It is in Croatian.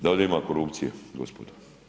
Da ovdje ima korupcije gospodo.